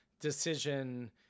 decision